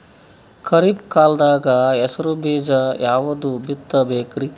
ಖರೀಪ್ ಕಾಲದಾಗ ಹೆಸರು ಬೀಜ ಯಾವದು ಬಿತ್ ಬೇಕರಿ?